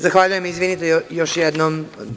Zahvaljujem i izvinite još jednom.